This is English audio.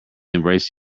embrace